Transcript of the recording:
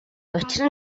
учир